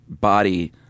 body